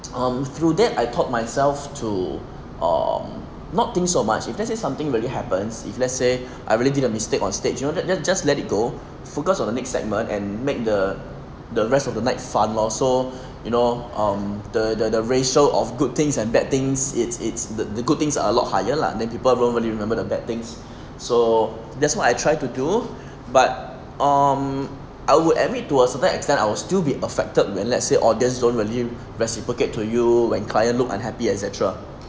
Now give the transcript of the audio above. um through that I taught myself to um not think so much if let say something really happens if let's say I really did a mistake on stage you know that you just let it go focus on the next segment and make the the rest of the night fun lor so you know um the the ratio of good things and bad things it's it's the the good things are a lot higher lah then people don't really remember the bad things so that's what I try to do but um I would admit to a certain extent I will still be affected when let's say audience don't really reciprocate to you when client look unhappy et cetera